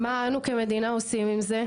מה אנו כמדינה עושים עם זה?